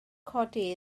codi